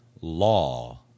law